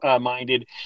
minded